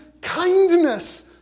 kindness